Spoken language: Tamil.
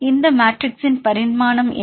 இந்த மேட்ரிக்ஸின் பரிமாணம் என்ன